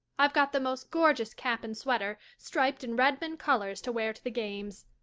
i've got the most gorgeous cap and sweater striped in redmond colors to wear to the games.